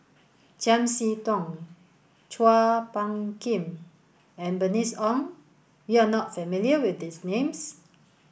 Chiam See Tong Chua Phung Kim and Bernice Ong you are not familiar with these names